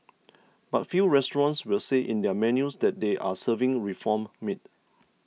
but few restaurants will say in their menus that they are serving reformed meat